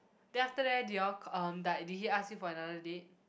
then after that do your um like did he ask you for another date